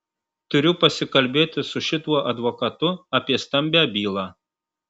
turiu pasikalbėti su šituo advokatu apie stambią bylą